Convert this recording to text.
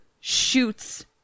shoots